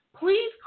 please